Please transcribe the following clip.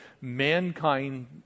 mankind